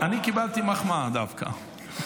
אני קיבלתי מחמאה דווקא.